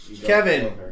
Kevin